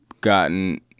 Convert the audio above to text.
gotten